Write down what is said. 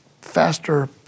faster